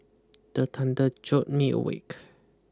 the thunder jolt me awake